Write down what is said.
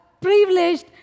privileged